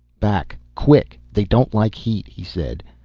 back quick. they don't like heat, he said.